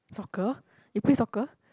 soccer you play soccer